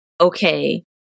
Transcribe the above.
okay